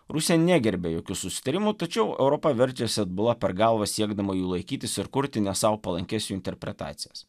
rusija negerbia jokių susitarimų tačiau europa verčiasi atbula per galvą siekdama jų laikytis ir kurti ne sau palankias jų interpretacijas